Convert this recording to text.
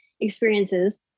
experiences